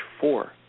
four